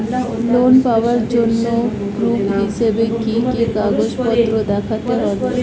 Loan পাওয়ার জন্য proof হিসেবে কি কি কাগজপত্র দেখাতে হবে?